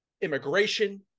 immigration